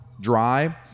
dry